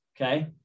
okay